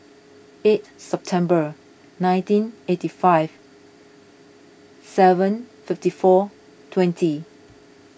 eighth September nineteen eighty five seven fifty four twenty